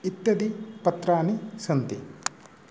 इत्यादि पत्राणि सन्ति